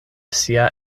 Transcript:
sia